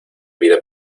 vida